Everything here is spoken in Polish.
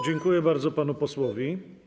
Dziękuję bardzo panu posłowi.